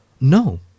No